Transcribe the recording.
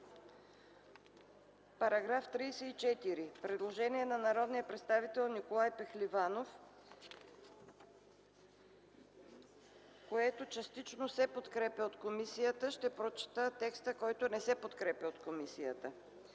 По § 34 има предложение на народния представител Николай Пехливанов, което частично се подкрепя от комисията. Ще прочета текста, който не се подкрепя от комисията